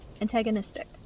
antagonistic